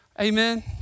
Amen